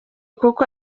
kuko